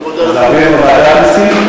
אני מודה לך מאוד.